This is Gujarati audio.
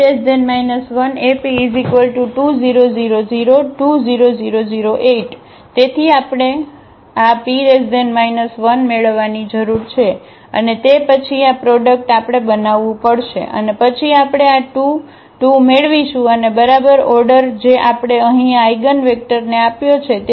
P 1AP2 0 0 0 2 0 0 0 8 તેથી આપણે આ P 1 મેળવવાની જરૂર છે અને તે પછી આ પ્રોડક્ટ આપણે બનાવવું પડશે અને પછી આપણે આ 2 2 મેળવશું અને બરાબર ઓર્ડરઓર્ડર જે આપણે અહીં આ આઇગનવેક્ટરને આપ્યો છે